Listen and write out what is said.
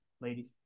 Ladies